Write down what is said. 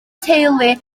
teulu